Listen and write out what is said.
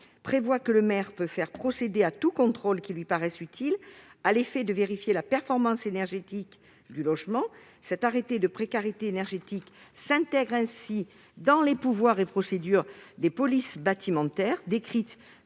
permettre au maire de faire procéder à tous contrôles qui lui paraissent utiles à l'effet de vérifier la performance énergétique du logement. Cet arrêté de précarité énergétique s'intègre ainsi dans les pouvoirs et procédures des polices bâtimentaires, décrites